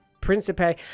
Principe